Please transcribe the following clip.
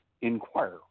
inquire